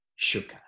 Shuka